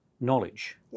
knowledge